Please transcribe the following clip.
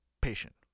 patient